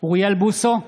אוריאל בוסו,